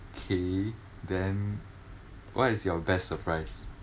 okay then what is your best surprise